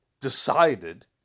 decided